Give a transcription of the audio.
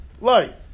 Light